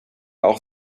auch